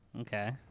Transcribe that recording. Okay